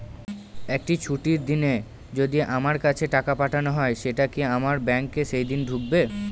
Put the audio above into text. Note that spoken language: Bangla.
একটি ছুটির দিনে যদি আমার কাছে টাকা পাঠানো হয় সেটা কি আমার ব্যাংকে সেইদিন ঢুকবে?